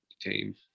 team